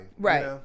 Right